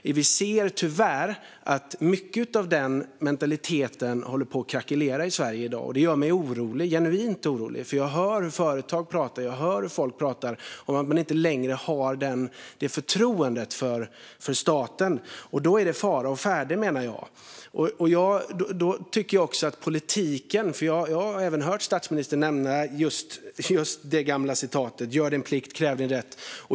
Det vi ser är tyvärr att mycket av denna mentalitet håller på att krackelera i Sverige i dag, och det gör mig orolig - genuint orolig. Jag hör hur företag pratar och hur folk pratar om att man inte längre har det här förtroendet för staten. Då är det fara å färde, menar jag. Jag har även hört statsministern nämna den gamla parollen "gör din plikt, kräv din rätt".